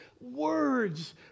words